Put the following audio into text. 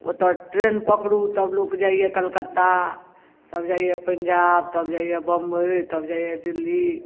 ओतए ट्रैन पकरू तब लोक जइया कलकत्ता तब जइया पंजाब तब जइया बम्बइ तब जइया दिल्ली